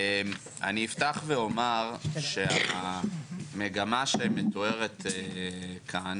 אני אפתח ואומר, שהמגמה שמתוארת כאן